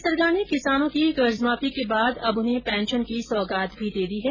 राज्य सरकार ने किसानों की कर्जमाफी के बाद अब उन्हें पेंशन की सौगात भी दे दी है